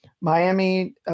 Miami –